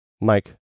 Mike